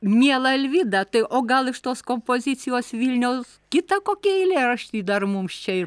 miela alvyda tai o gal iš tos kompozicijos vilniaus kitą kokį eilėraštį dar mums čia i